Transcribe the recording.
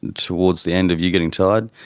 towards the end of you getting tired,